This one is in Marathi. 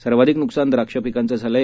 सर्वाधिक नुकसान द्राक्ष पिकांचं झालं आहे